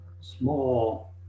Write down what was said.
small